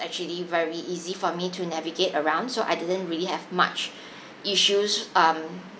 actually very easy for me to navigate around so I didn't really have much issues um